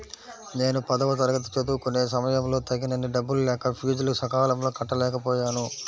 నేను పదవ తరగతి చదువుకునే సమయంలో తగినన్ని డబ్బులు లేక ఫీజులు సకాలంలో కట్టలేకపోయాను